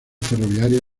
ferroviaria